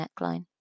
neckline